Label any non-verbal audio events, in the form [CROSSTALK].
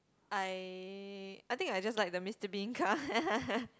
I I think I just like the Mister Bean car [LAUGHS]